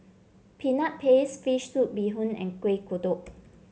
Peanut Paste fish soup Bee Hoon and Kueh Kodok